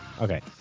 Okay